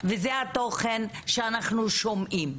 וזה התוכן שאנחנו שומעים.